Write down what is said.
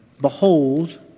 Behold